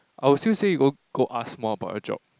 I'll still say you go go ask more about your job